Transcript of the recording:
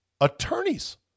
attorneys